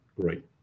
great